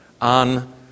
on